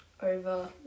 over